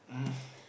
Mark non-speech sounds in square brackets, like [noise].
um [breath]